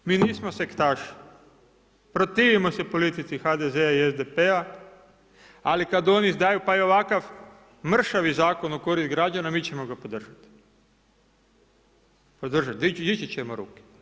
Mi nismo sektaši, protivimo se politici HDZ-a i SDP-a, ali kad oni daju, pa i ovakav mršavi zakon u korist građana, mi ćemo ga podržat, dići ćemo ruke.